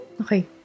okay